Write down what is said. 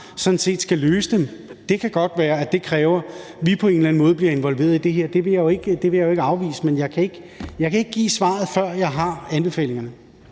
sådan set skal løse det. Det kan godt være, at det kræver, at vi på en eller anden måde bliver involveret i det her. Det vil jeg jo ikke afvise, men jeg kan ikke give svaret, før jeg har anbefalingerne.